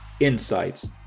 insights